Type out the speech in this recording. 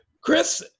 Chris